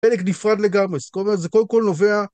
פרק נפרד לגמרי, זאת אומרת זה קודם כל נובע